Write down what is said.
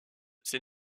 ces